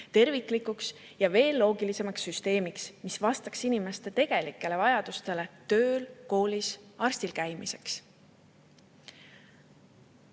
terviklikuks ja veel loogilisemaks süsteemiks, mis vastaks inimeste tegelikele vajadustele tööl, koolis, arsti juures käimiseks.